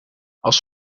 als